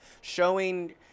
showing